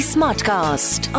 Smartcast